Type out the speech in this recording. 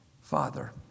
Father